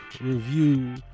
review